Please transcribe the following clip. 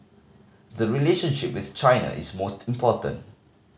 the relationship with China is most important